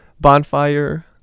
Bonfire